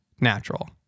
natural